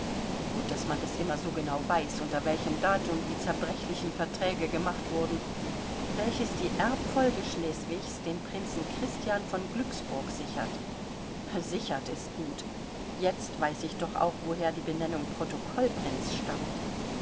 gut daß man das immer so ganz genau weiß unter welchem datum die zerbrechlichen verträge gemacht wurden welches die erbfolge schleswigs dem prinzen christian von glücksburg sichert sichert ist gut jetzt weiß ich doch auch woher die benennung protokoll prinz stammt